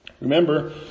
Remember